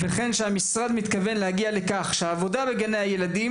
ו׳: הוועדה רשמה לפניה,